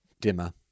Dimmer